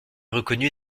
reconnu